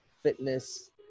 fitness